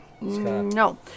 No